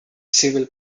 civil